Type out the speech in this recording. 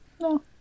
No